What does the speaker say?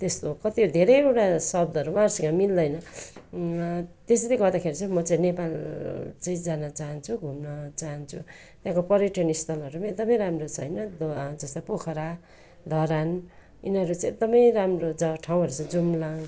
त्यस्तो कति धेरैवटा शब्दहरू उहाँहरूसँग मिल्दैन त्यसरी गर्दाखेरि चाहिँ म चाहिँ नेपाल चाहिँ जान चाहन्छु घुम्न चाहन्छु त्यहाँको पर्यटन स्थलहरू पनि एकदमै छ होइन जस्तै ध पोखरा धरान यिनीहरू चाहिँ एकदमै राम्रो जग्गा ठाउँहरू छ जुम्ला